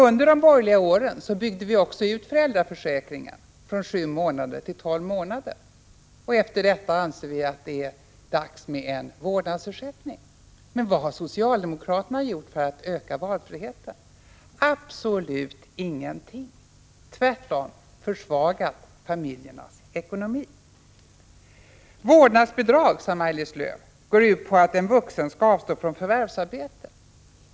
Under de borgerliga åren byggde vi ut föräldraförsäkringen från sju till tolv månader. Efter detta anser vi att det är dags för en vårdnadsersättning. Vad har socialdemokraterna gjort för att öka valfriheten? De har absolut inte gjort någonting, de har tvärtom försvagat familjernas ekonomi. Vårdnadsbidrag går ut på att en vuxen skall avstå från förvärvsarbete, sade Maj-Lis Lööw.